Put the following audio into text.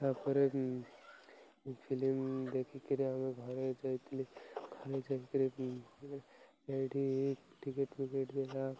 ତାପରେ ଫିଲ୍ମ ଦେଖିକିରି ଆମେ ଘରେ ଯାଇଥିଲି ଘରେ ଯାଇକିରି ଏଠି ଟିକେଟ୍ଫିକେଟ୍ ଦେଲା